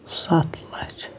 سَتھ لَچھ